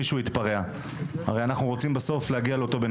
ואנחנו רוצים להגיע אליו.